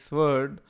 word